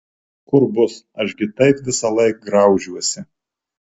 kur bus aš gi taip visąlaik graužiuosi